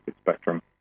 spectrum